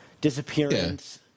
disappearance